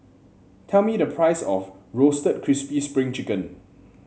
tell me the price of Roasted Crispy Spring Chicken